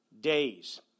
days